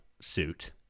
suit